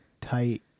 tight